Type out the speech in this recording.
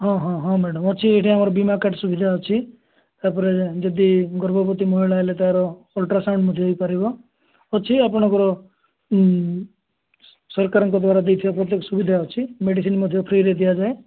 ହଁ ହଁ ହଁ ମ୍ୟାଡ଼ାମ୍ ଅଛି ଏଇଠି ଆମର ବୀମା କାର୍ଡ଼୍ ସୁବିଧା ଅଛି ତା'ପରେ ଯଦି ଗର୍ଭବତୀ ମହିଳା ହେଲେ ତାର ଅଲ୍ଟ୍ରାସାଉଣ୍ଡ୍ ମଧ୍ୟ ହେଇପାରିବ ଅଛି ଆପଣଙ୍କର ସରକାରଙ୍କ ଦ୍ୱାରା ଦେଇଥିବା ପ୍ରତ୍ୟେକ ସୁବିଧା ଅଛି ମେଡ଼ିସିନ୍ ମଧ୍ୟ ଫ୍ରିରେ ଦିଆଯାଏ